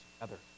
together